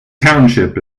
township